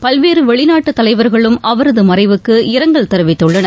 பல்வேறு வெளிநாட்டுத் தலைவர்களும் அவரது மறைவுக்கு இரங்கல் தெரிவித்துள்ளனர்